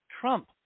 Trump